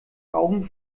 augen